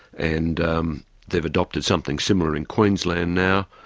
and um they've adopted something similar in queensland now,